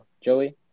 Joey